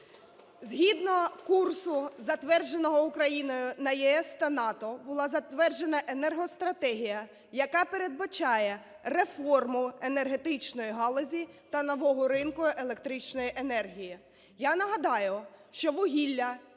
Згідно курсу, затвердженого Україною на ЄС та НАТО, була затверджена енергостратегія, яка передбачає реформу енергетичної галузі та нового ринку електричної енергії.